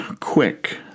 quick